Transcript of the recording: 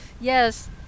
Yes